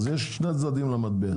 אז יש שני צדדים למטבע.